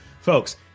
Folks